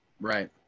Right